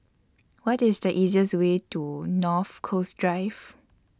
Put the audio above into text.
What IS The easiest Way to North Coast Drive